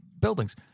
buildings